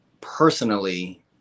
personally